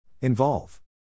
Involve